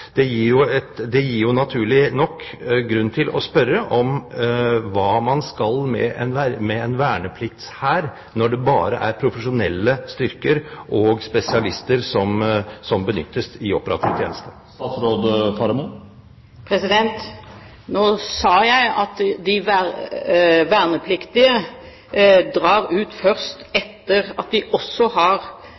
Det gir naturlig nok grunn til å spørre om hva man skal med en vernepliktshær når det bare er profesjonelle styrker og spesialister som benyttes i operativ tjeneste. Nå sa jeg at de vernepliktige drar ut først etter at de også har